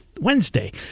Wednesday